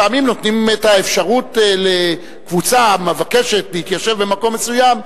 פעמים נותנים את האפשרות לקבוצה המבקשת להתיישב במקום מסוים,